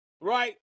right